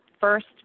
first